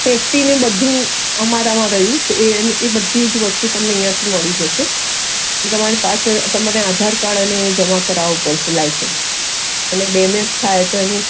safety ને બધું અમારામાં રહ્યું ને એ બધી જ વસ્તુ તમને અહીંયાથી મળી જશે તમારી પાસે તમારે આધાર કાર્ડ અને એ જમા કરાવવું પડશે અને લાઇસન્સ અને ડેમેજ થાય તો એની